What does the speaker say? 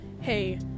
Hey